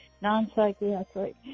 non-psychiatric